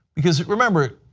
because remember,